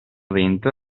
vento